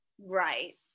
Right